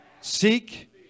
Seek